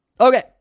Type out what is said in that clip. Okay